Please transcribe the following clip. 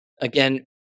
Again